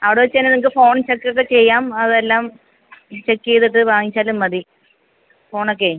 അവിടെ വെച്ച് തന്നെ നിങ്ങൾക്ക് ഫോൺ ചെക്ക് ഒക്കെ ചെയ്യാം അതെല്ലാം ചെക്ക് ചെയ്തിട്ട് വാങ്ങിച്ചാലും മതി ഫോണ് ഒക്കേയ്